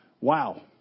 wow